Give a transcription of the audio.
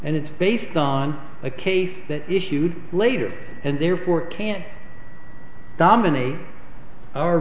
and it's based on a case that issued later and therefore can't dominate o